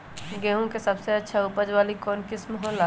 गेंहू के सबसे अच्छा उपज वाली कौन किस्म हो ला?